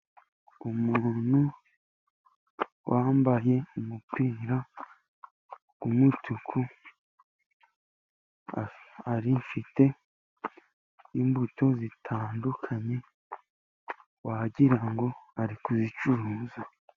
Umuntu wambaye umupira w'umutuku, afite imbuto zitandukanye, wagira ngo ari kuzicuruza.